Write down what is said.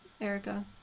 erica